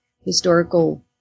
historical